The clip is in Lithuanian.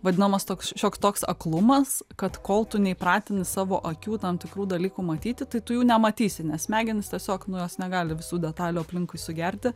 vadinamas toks šioks toks aklumas kad kol tu ne įpratinti savo akių tam tikrų dalykų matyti tai tu nematysi nes smegenys tiesiog nu jos negali visų detalių aplinkui sugerti